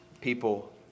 people